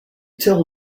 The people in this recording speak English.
till